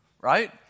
right